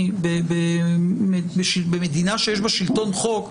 השאלה אם זה לא התוצאה הישירה של זכות היידוע.